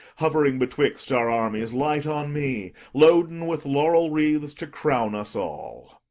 hovering betwixt our armies, light on me, loaden with laurel-wreaths to crown us all.